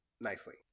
nicely